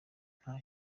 nta